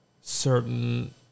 certain